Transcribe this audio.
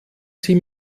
sie